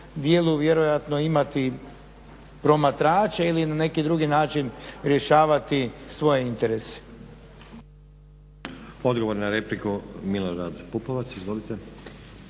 dijelu vjerojatno imati promatrače ili na neki drugi način rješavati svoje interese.